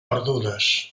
perdudes